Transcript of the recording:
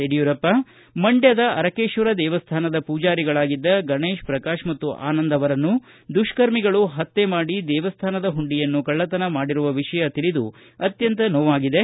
ಯಡಿಯೂರಪ್ಪ ಅವರು ಮಂಡ್ಕದ ಅರಕೇಶ್ವರ ದೇವಸ್ಥಾನದ ಪೂಜಾರಿಗಳಾಗಿದ್ದ ಗಣೇಶ್ ಪ್ರಕಾಶ್ ಮತ್ತು ಆನಂದ್ ಅವರನ್ನು ದುಷ್ಕರ್ಮಿಗಳು ಪತ್ಯೆ ಮಾಡಿ ದೇವಸ್ಥಾನದ ಹುಂಡಿಯನ್ನು ಕಳ್ಳತನ ಮಾಡಿರುವ ವಿಷಯ ತಿಳಿದು ಅತ್ತಂತ ನೋವಾಗಿದೆ